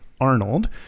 Arnold